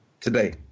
Today